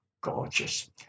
gorgeous